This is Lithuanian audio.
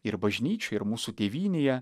ir bažnyčioje ir mūsų tėvynėje